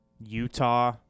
Utah